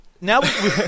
now